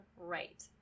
right